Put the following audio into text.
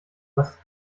was